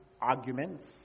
arguments